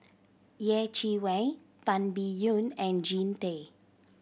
Yeh Chi Wei Tan Biyun and Jean Tay